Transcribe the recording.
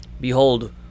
Behold